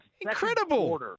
incredible